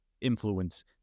influence